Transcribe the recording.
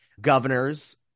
governors